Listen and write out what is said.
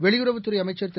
வெளியுறவுத்துறைஅமைச்சர் திரு